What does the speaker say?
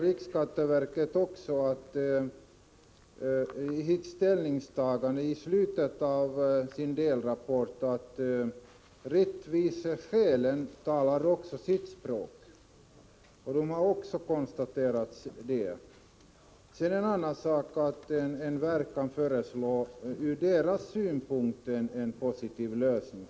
Riksskatteverket konstaterar också i slutet av sin delrapport att även rättviseskälen talar sitt språk. Sedan kan ju ett verk föreslå en från verkets synpunkt positiv lösning.